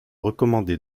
recommandé